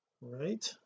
right